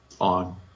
on